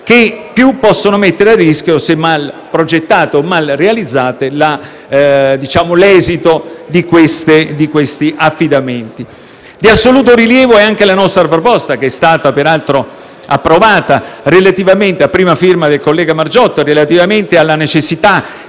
che più possono mettere a rischio, se mal progettate o mal realizzate, l'esito di questi affidamenti. Di assoluto rilievo è anche la nostra proposta - che è stata approvata, peraltro - del collega Margiotta relativamente alla necessità